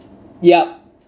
yup